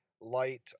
light